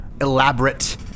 elaborate